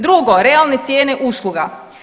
Drugo, realne cijene usluga.